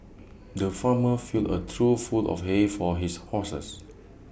the farmer filled A trough full of hay for his horses